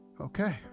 Okay